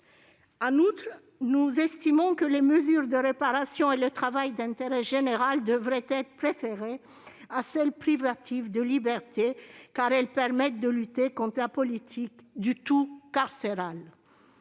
En outre, nous estimons que les mesures de réparation et de TIG devraient être préférées à celles privatives de liberté, en ce qu'elles permettent de lutter contre la politique du « tout carcéral